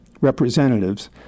representatives